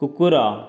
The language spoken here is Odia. କୁକୁର